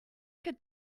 could